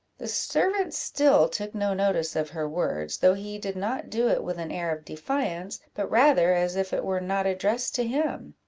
the servant still took no notice of her words, though he did not do it with an air of defiance, but rather as if it were not addressed to him.